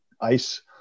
ice